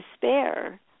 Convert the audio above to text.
despair